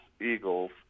Eagles